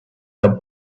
the